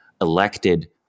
elected